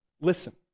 listen